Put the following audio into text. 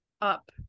up